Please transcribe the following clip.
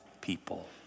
people